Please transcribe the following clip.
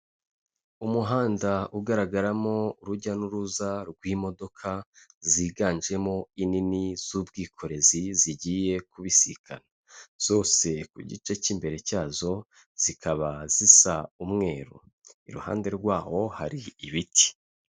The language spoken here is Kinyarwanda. Umuhanda ugaragaramo urujya n'uruza rw'imodoka ziganjemo inini z'ubwikorezi zigiye kubisikana, zose ku gice cy'imbere cyazo zikaba zisa umweru, iruhande rwaho hari ibiti.